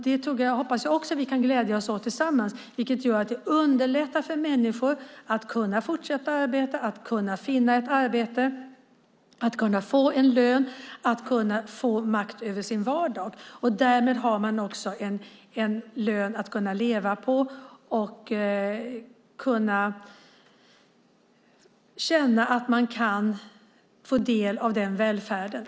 Det hoppas jag också att vi kan glädja oss åt tillsammans, eftersom det underlättar för människor att kunna fortsätta arbeta och finna ett arbete, få lön och därmed makt över sin vardag. Därmed har man också en lön att leva på och kan känna att man får del av välfärden.